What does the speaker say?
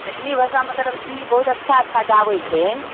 मैथिली भाषा मतलब कि बहुत अच्छा अच्छा गाबैत छै